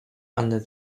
under